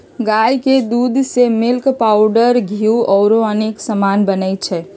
गाई के दूध से मिल्क पाउडर घीउ औरो अनेक समान बनै छइ